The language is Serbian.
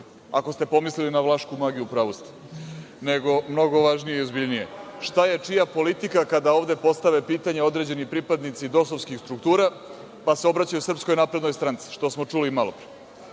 Ako ste pomislili na vlašku magiju, u pravu ste. Nego, mnogo važnije i ozbiljnije, šta je čija politika kada ovde postave pitanje određeni pripadnici DOS-ovskih struktura, pa se obraćaju SNS, što smo čuli i malopre.